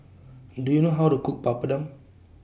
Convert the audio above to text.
Do YOU know How to Cook Papadum